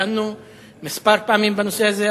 דנו כמה פעמים בנושא הזה,